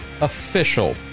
official